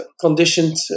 conditioned